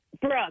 Brooke